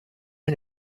and